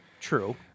true